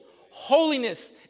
Holiness